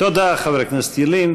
תודה, חבר הכנסת ילין.